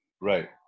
Right